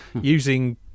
using